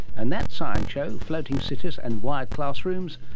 and that science show, floating cities and wired classrooms,